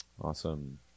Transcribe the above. Awesome